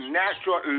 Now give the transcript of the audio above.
natural